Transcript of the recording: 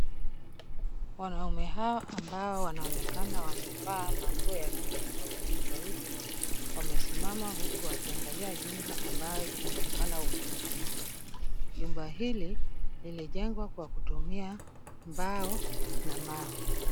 Wanaume hawa ambao wanaonekana wamevaa manguo ya rangi tofauti tofauti, wamesimama huku wakiangalia nyumba ambayo inaonekana imeporomoka. Nyumba hii ilijengwa kwa kutumia mbao na mawe.